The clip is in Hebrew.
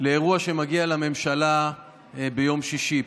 לאירוע שיגיע לממשלה ביום שישי.